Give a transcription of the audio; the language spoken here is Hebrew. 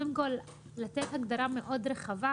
לתת הגדרה מאוד רחבה,